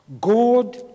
God